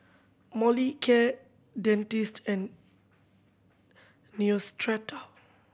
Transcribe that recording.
Molicare Dentiste and Neostrata